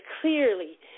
clearly